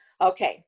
Okay